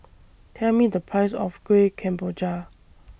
Tell Me The Price of Kuih Kemboja